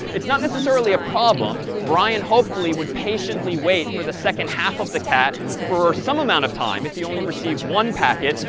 it's not necessarily a problem brian hopefully would patiently wait for the second half of the cat for some amount of time if he only received one packet.